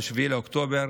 ב-7 באוקטובר,